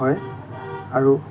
হয় আৰু